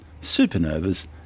supernovas